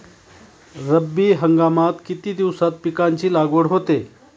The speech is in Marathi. रब्बी हंगामात किती दिवसांत पिकांची लागवड होते?